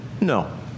No